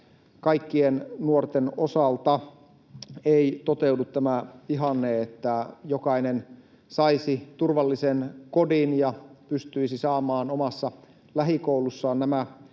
kaikkien nuorten osalta ei toteudu tämä ihanne, että jokainen saisi turvallisen kodin ja pystyisi saamaan omassa lähikoulussaan nämä